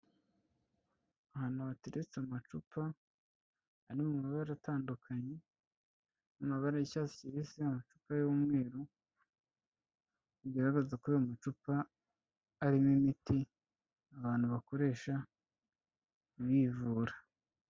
Ahantu hateretse amacupa ari mu mabara atandukanye, amabara y'icyatsi kibisi amacupa y'umweru, bigaragaza ko ayo macupa arimo imiti abantu bakoresha bivura.